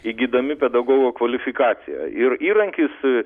įgydami pedagogo kvalifikaciją ir įrankis